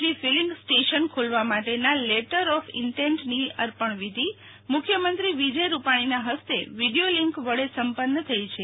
જી filling station ખોલવા માટેના letter of ઈન્ટેન્ટની અર્પણ વિધિ મુખ્યમંત્રી વિજય રૂપાણીના ફસ્તે વિક્યો લિન્ક વડે સંપન્ન થઈ છે